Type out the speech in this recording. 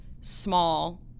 small